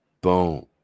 boom